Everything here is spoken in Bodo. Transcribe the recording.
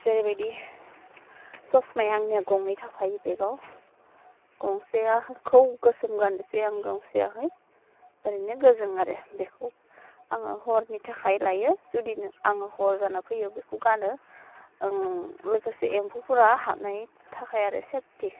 जेरैबायदि ससमाया आंनिया गंनै थाखायो बेगाव गंसेयाखौ गोसोम गानसै आं गंसेयाहाय ओरैनो गोजों आरो बेखौ आङो हरनि थाखाय लायो जुदि आं हर जाना फैयो बेखौ गानो लोगोसे एम्फौफोरा हाबनायनि थाखाय आरो सेफटि